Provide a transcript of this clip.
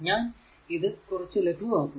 ഞാൻ ഇത് കുറച്ചു ലഖു ആകുന്നു